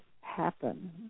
happen